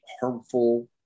harmful